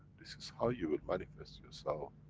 this is how you will manifest yourself,